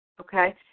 okay